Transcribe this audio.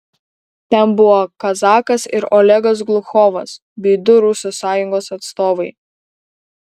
ten buvo kazakas ir olegas gluchovas bei du rusų sąjungos atstovai